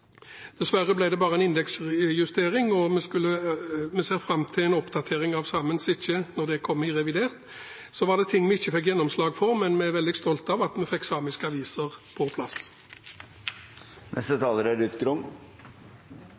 Dessverre ble det bare en indeksjustering. Vi ser fram til en oppdatering av Saemien Sijte når det kommer i revidert. Det var ting vi ikke fikk gjennomslag for, men vi er veldig stolt av at vi fikk samiske aviser på plass.